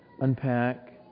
unpack